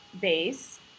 base